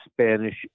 Spanish